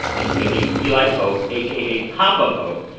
aka eli pope, aka papa pope.